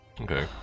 Okay